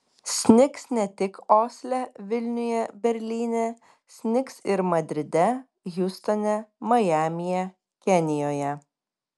snigs ne tik osle vilniuje berlyne snigs ir madride hjustone majamyje kenijoje